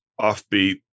offbeat